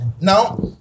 Now